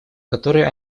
которое